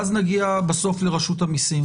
ואז נגיע בסוף לרשות המיסים,